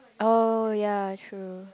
oh ya true